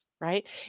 right